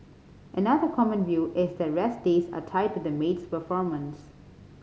another common view is the rest days are tied to the maid's performance